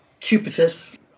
Cupidus